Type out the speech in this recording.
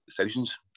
thousands